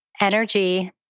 energy